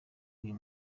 uyu